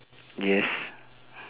yes